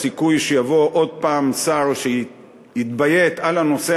הסיכוי שיבוא עוד פעם שר שיתביית על הנושא